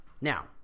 Now